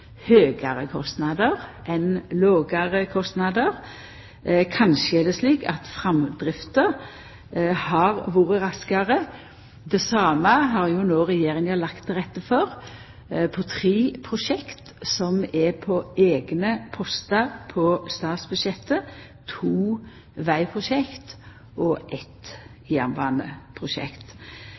framdrifta har vore raskare. Det same har no Regjeringa lagt til rette for på tre prosjekt som er på eigne postar på statsbudsjettet, to vegprosjekt og eitt jernbaneprosjekt.